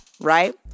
Right